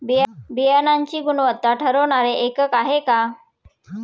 बियाणांची गुणवत्ता ठरवणारे एकक आहे का?